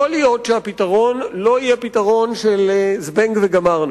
יכול להיות שהפתרון לא יהיה פתרון של "זבנג וגמרנו",